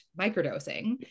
microdosing